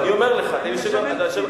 אני יושב בכל מיני ועדות משנה.